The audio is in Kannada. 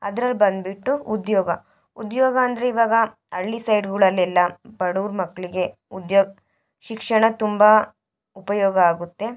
ಅದ್ರಲ್ಲಿ ಬಂದುಬಿಟ್ಟು ಉದ್ಯೋಗ ಉದ್ಯೋಗ ಅಂದರೆ ಇವಾಗ ಹಳ್ಳಿ ಸೈಡ್ಗಳಲ್ಲೆಲ್ಲಾ ಬಡವ್ರ ಮಕ್ಕಳಿಗೆ ಉದ್ಯೋಗ ಶಿಕ್ಷಣ ತುಂಬ ಉಪಯೋಗ ಆಗುತ್ತೆ